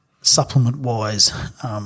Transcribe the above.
supplement-wise –